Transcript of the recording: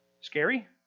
scary